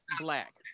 black